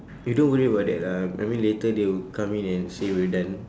you don't worry about that lah I mean later they will come in and say we're done